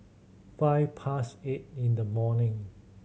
five past eight in the morning